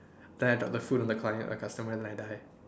then I drop the food on the client or the customer then I die